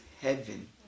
heaven